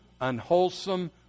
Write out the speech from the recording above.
unwholesome